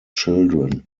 children